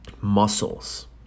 muscles